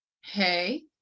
Hey